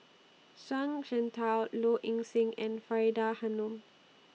Zhuang Shengtao Low Ing Sing and Faridah Hanum